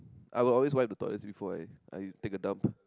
I will always wipe the toilet seat before I I take a dump